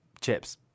chips